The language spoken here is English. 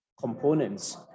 components